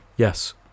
Yes